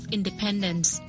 Independence